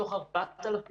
מתוך 4,000